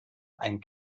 ein